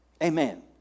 Amen